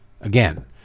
Again